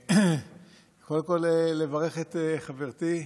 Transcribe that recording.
קודם כול, לברך את חברתי,